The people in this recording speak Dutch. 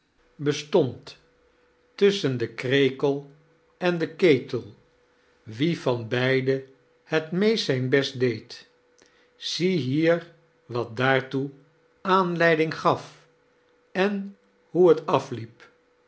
bestond tusschen den krekel en den ketel wie van beiden het meest zijn best deed ziehier wat daartoe anleiding gaf en hoe het afliiep